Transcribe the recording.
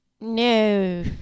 no